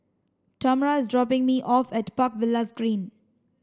Tamra is dropping me off at Park Villas Green